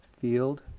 field